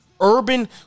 Urban